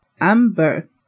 Amber